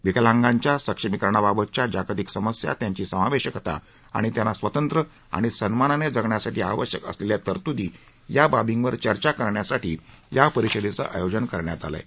विकलांगांच्या सक्षमीकरणाबाबतच्या जागतिक समस्या त्यांची समावेशकता आणि त्यांना स्वतंत्र आणि सन्मानाने जगण्यासाठी आवश्यक असलेल्या तरतुदी या बाबींवर चर्चा करण्याच्यादृष्टीनं या परिषदेचं आयोजन करण्यात आलं आहे